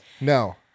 No